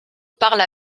parle